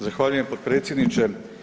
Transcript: Zahvaljujem potpredsjedniče.